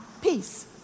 peace